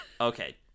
Okay